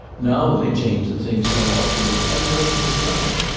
now they change the things so often that ten dozen is nothing.